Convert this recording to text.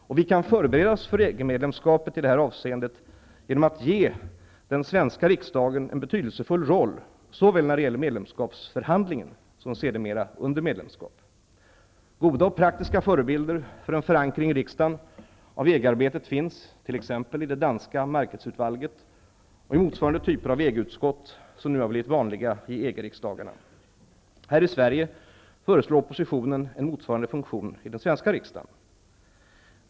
Och vi kan förbereda oss för EG-medlemskapet i det här avseendet genom att ge den svenska riksdagen en betydelsefull roll såväl när det gäller medlemskapsförhandlingen som sedermera under medlemskap. Goda och praktiska förebilder för en förankring i riksdagen av EG-arbetet finns t.ex. i det danska utskott som nu har blivit vanliga i EG-riksdagarna. Här i Sverige föreslår oppositionen en motsvarande funktion i den svenska riksdagen.